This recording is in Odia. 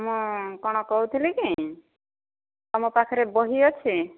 ମୁଁ କ'ଣ କହୁଥିଲି କି ତମ ପାଖରେ ବହି ଅଛି